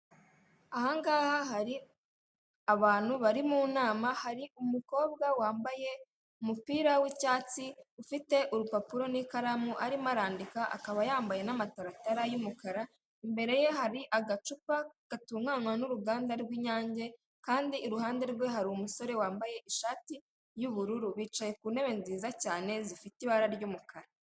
Ahangaha hari abantu bari mu nama, hari umukobwa wambaye umupira w'icyatsi ufite urupapuro n'ikaramu arimo arandika akaba yambaye n'amataratara y'umukara, imbere ye hari agacupa gatunganywa n'uruganda rw'inyange kandi iruhande rwe hari umusore wambaye ishati y'ubururu, bicaye ku ntebe nziza cyane zifite ibara ry'umukara.